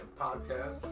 podcast